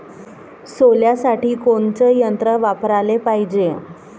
सोल्यासाठी कोनचं यंत्र वापराले पायजे?